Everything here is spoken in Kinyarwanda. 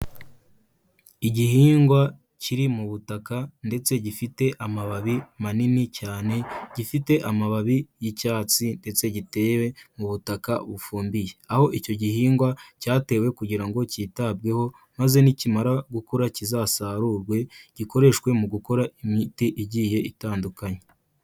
Igihingwa kiri mu butaka ndetse gifite amababi manini cyane gifite amababi y'icyatsi ndetse gitewe mu butaka bufumbiye, aho icyo gihingwa cyatewe kugira ngo cyitabweho maze n'ikimara gukura kizasarurwe gikoreshwe mu gukora imiti igiye itandukanye.